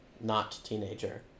not-teenager